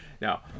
Now